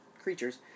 creatures